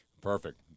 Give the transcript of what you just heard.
Perfect